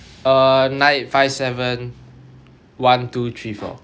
uh nine five seven one two three four